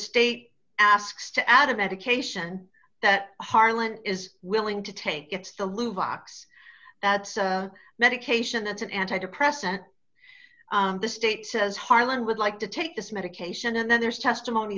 state asks to add a medication that harlan is willing to take it's the loo vioxx that medication that's an anti depressant the state says harlan would like to take this medication and then there's testimony